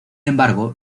embargo